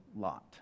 lot